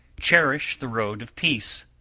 cherish the road of peace.